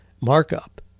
markup